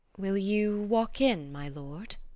will you walk in, my lord?